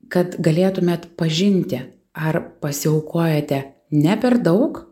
kad galėtumėt pažinti ar pasiaukojote ne per daug